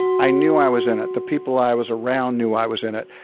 i knew i was in it. the people i was around knew i was in it.